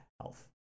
health